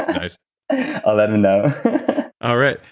ah nice i'll let him know all right,